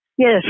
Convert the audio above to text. Yes